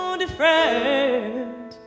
different